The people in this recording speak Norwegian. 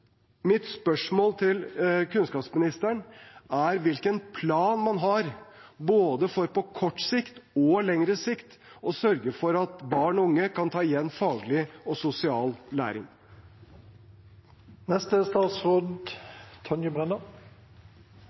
Mitt spørsmål til kunnskapsministeren er hvilken plan man har, både for på kort og lengre sikt å sørge for at barn og unge kan ta igjen faglig og sosial læring. Jeg er